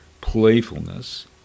playfulness